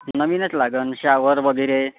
नवीनच लागेन शावर वगैरे